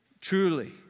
truly